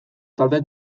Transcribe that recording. talde